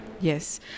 Yes